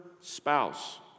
spouse